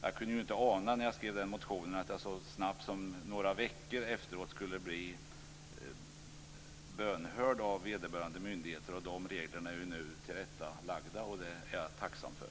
Jag kunde inte ana när jag skrev den motionen att jag så snabbt som några veckor därefter skulle bli bönhörd av vederbörande myndigheter. De reglerna är nu tillrättalagda, och det är jag tacksam för.